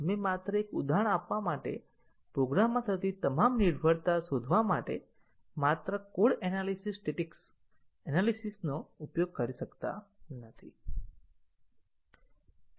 આપણે માત્ર એક ઉદાહરણ આપવા માટે પ્રોગ્રામમાં થતી તમામ નિર્ભરતા શોધવા માટે માત્ર કોડ એનાલીસીસ સ્ટેટીકક્સ એનાલીસીસનો ઉપયોગ કરી શકતા નથી